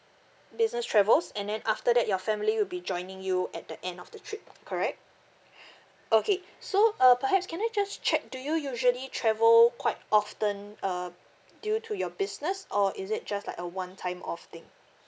business travels and then after that your family will be joining you at the end of the trip correct okay so uh perhaps can I just check do you usually travel quite often uh due to your business or is it just like a one time off thing